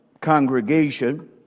congregation